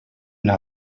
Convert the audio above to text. una